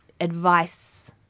advice